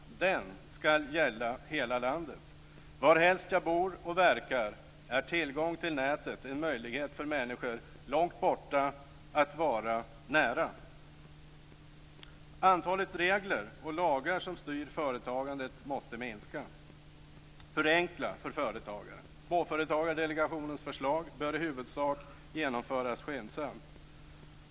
Den skall gälla hela landet. Varhelst jag bor och verkar är tillgång till nätet en tillgång för människor långt borta att vara nära. Antalet regler och lagar som styr företagandet måste minska. Förenkla för företagare! Småföretagardelegationens förslag bör i huvudsak genomföras skyndsamt.